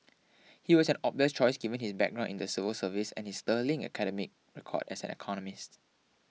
he was an obvious choice given his background in the civil service and his sterling academic record as an economist